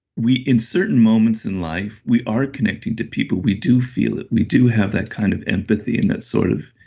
we in certain moments in life we are connected to people. we do feel it. we do have that kind of empathy and that sort of